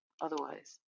otherwise